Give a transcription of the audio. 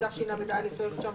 התשל"א 1971‏,